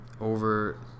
over